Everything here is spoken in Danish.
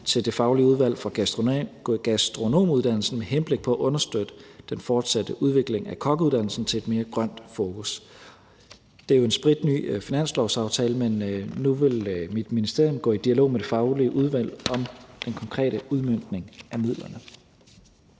til Det faglige Udvalg for Gastronomuddannelsen med henblik på at understøtte den fortsatte udvikling af kokkeuddannelsen til at have et mere grønt fokus. Det er jo en spritny finanslovsaftale, men nu vil mit ministerium gå i dialog med det faglige udvalg om den konkrete udmøntning af midlerne.